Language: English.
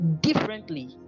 differently